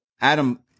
Adam